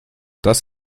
dass